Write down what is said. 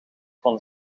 van